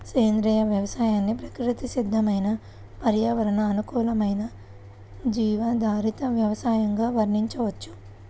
సేంద్రియ వ్యవసాయాన్ని ప్రకృతి సిద్దమైన పర్యావరణ అనుకూలమైన జీవాధారిత వ్యవసయంగా వర్ణించవచ్చు